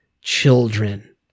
children